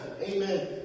Amen